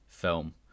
Film